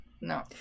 No